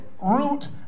root